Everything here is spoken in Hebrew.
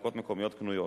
להפקות מקומיות קנויות,